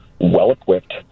well-equipped